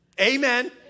Amen